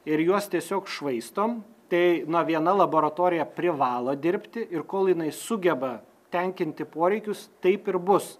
ir juos tiesiog švaistom tai na viena laboratorija privalo dirbti ir kol jinai sugeba tenkinti poreikius taip ir bus